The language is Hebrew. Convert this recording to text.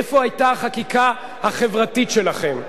איפה היתה החקיקה החברתית שלכם?